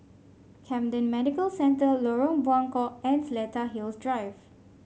Camden Medical Center Lorong Buangkok and Seletar Hills Drive